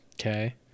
okay